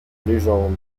légende